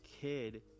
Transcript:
kid